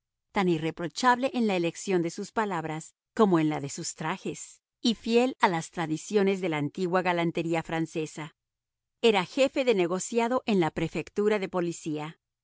tan irreprochable en la elección de sus palabras como en la de sus trajes y fiel a las tradiciones de la antigua galantería francesa era jefe de negociado en la prefectura de policía